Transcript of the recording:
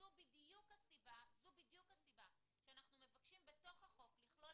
זו בדיוק הסיבה שאנחנו מבקשים בתוך החוק לכלול